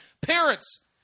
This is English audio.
parents